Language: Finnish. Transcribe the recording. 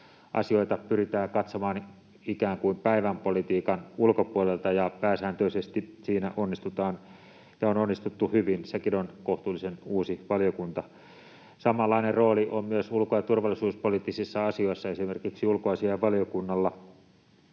asioita pyritään katsomaan ikään kuin päivänpolitiikan ulkopuolelta, ja pääsääntöisesti siinä onnistutaan ja on onnistuttu hyvin. Sekin on kohtuullisen uusi valiokunta. Samanlainen rooli on myös ulko‑ ja turvallisuuspoliittisissa asioissa esimerkiksi ulkoasiainvaliokunnalla,